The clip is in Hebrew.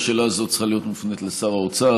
השאלה הזאת צריכה להיות מופנית לשר האוצר,